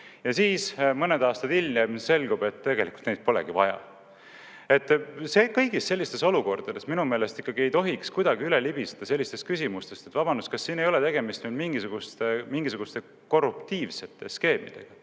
ja siis mõned aastad hiljem selgub, et tegelikult neid polegi vaja. Kõigis sellistes olukordades minu meelest ikkagi ei tohiks kuidagi üle libiseda sellistest küsimustest, et vabandust, kas siin ei ole nüüd tegemist mingisuguste korruptiivsete skeemidega.